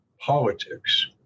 politics